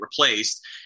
replaced